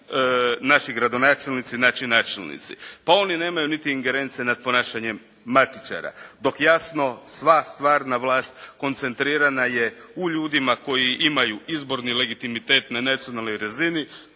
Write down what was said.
naši gradonačelnici, naši načelnici? Pa oni nemaju niti ingerencije nad ponašanjem matičara dok jasno sva stvarna vlast koncentrirana je u ljudima koji imaju izborni legitimitet na nacionalnoj razini,